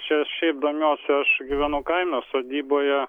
čia šiaip domiuosi aš gyvenu kaime sodyboje